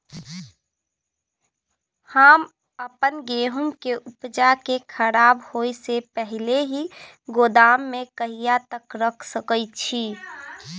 हम अपन गेहूं के उपजा के खराब होय से पहिले ही गोदाम में कहिया तक रख सके छी?